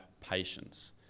patience